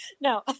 no